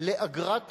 לאגרת רישוי,